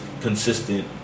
consistent